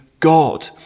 God